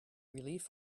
relief